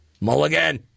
Mulligan